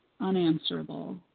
unanswerable